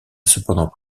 cependant